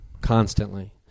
constantly